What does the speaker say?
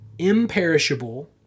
imperishable